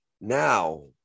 Now